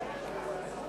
מס'